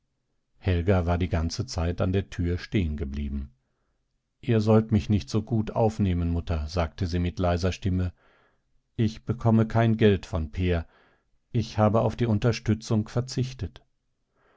helga war die ganze zeit an der tür stehengeblieben ihr sollt mich nicht so gut aufnehmen mutter sagte sie mit leiser stimme ich bekomme kein geld von per ich habe auf die unterstützung verzichtet